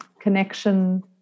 connection